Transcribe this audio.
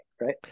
right